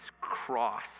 cross